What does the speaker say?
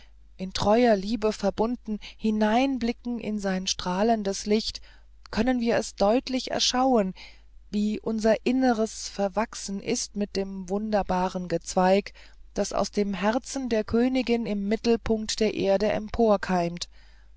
in treuer liebe verbunden hineinblicken in sein strahlendes licht können wir es deutlich erschauen wie unser inneres verwachsen ist mit dem wunderbaren gezweige das aus dem herzen der königin im mittelpunkt der erde